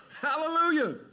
Hallelujah